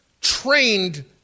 trained